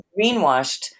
greenwashed